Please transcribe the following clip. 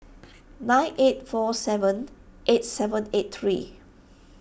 nine eight four seven eight seven eight three